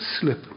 slip